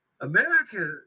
America